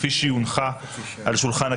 כפי שהיא הונחה על שולחן הכנסת,